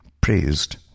praised